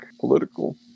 political